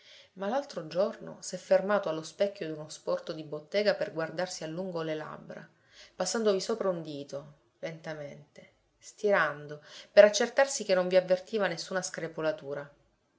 ma l'altro giorno s'è fermato allo specchio d'uno sporto di bottega per guardarsi a lungo le labbra passandovi sopra un dito lentamente stirando per accertarsi che non vi avvertiva nessuna screpolatura